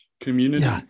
community